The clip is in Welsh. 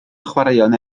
chwaraeon